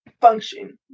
function